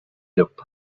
llop